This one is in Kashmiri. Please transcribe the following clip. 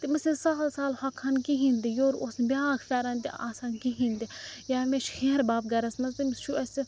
تِم أسۍ نہٕ سَہل سَہل ہۄکھان کِہیٖنۍ تہِ یورٕ اوس نہٕ بیٛاکھ پھیٚرَن تہِ آسان کِہیٖنۍ تہِ یا مےٚ چھُ ہیرٕباب گھرَس منٛز تٔمِس چھُ اسہِ